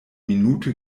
minute